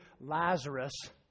Lazarus